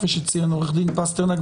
כפי שציין עורך דין פסטרנק,